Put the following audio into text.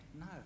No